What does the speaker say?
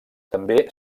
també